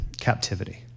captivity